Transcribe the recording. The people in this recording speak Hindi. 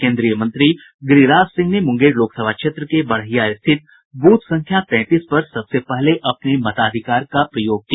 केन्द्रीय मंत्री गिरिराज सिंह ने मुंगेर लोकसभा क्षेत्र के बड़हिया स्थित बूथ संख्या तैंतीस पर सबसे पहले अपने मताधिकार का प्रयोग किया